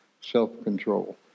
self-control